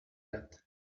red